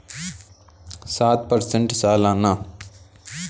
Post office की योजना में एक लाख रूपए के निवेश पर कितना लाभ मिलता है?